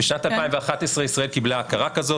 בשנת 2011 ישראל קיבלה הכרה כזאת,